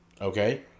okay